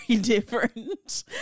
different